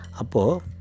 Apo